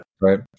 right